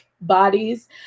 bodies